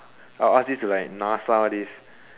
I'll ask this to like NASA all these